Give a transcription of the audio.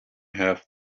have